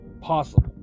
possible